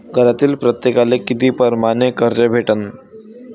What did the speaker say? घरातील प्रत्येकाले किती परमाने कर्ज भेटन?